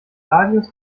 radius